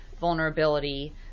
vulnerability